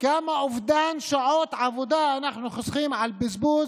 כמה אובדן שעות עבודה אנחנו חוסכים על בזבוז